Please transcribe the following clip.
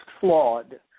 flawed